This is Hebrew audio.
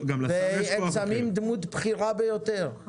הם שמים דמות בכירה ביותר.